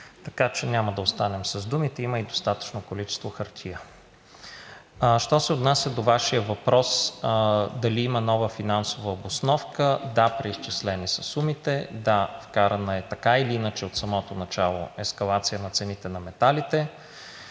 Така че няма да останем с думите, има и достатъчно количество хартия. Що се отнася до Вашия въпрос дали има нова финансова обосновка – да, преизчислени са сумите, да, вкарана е, така или иначе, от самото начало ескалация на цените на металите.